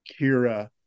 kira